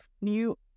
new